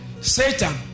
Satan